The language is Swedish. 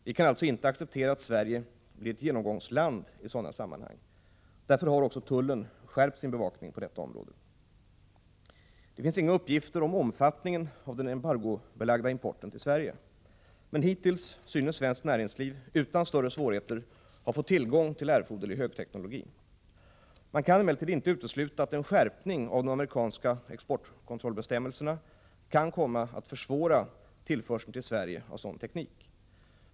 Vi kan alltså inte acceptera att Sverige blir ett genomgångsland i sådana sammanhang. Därför har också tullen skärpt sin bevakning på detta område. Det finns inga uppgifter om omfattningen av den embargobelagda importen till Sverige. Men hittills synes svenskt näringsliv utan större svårigheter ha fått tillgång till erforderlig högteknologi. Man kan emellertid inte utesluta att en skärpning av de amerikanska exportkontrollbestämmelserna kan komma att försvåra tillförseln till Sverige av sådan teknik.